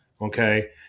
Okay